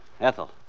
Ethel